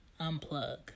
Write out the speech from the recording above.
unplug